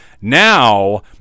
Now